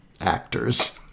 actors